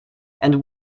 and